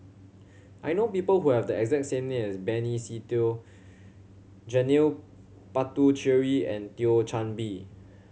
I know people who have the exact same name as Benny Se Teo Janil Puthucheary and Thio Chan Bee